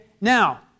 Now